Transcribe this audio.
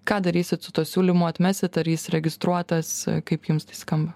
ką darysit su tuo siūlymu atmesit ar jis registruotas kaip jums tai skamba